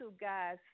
guys